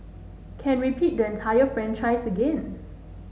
can repeat the entire franchise again